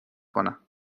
کنم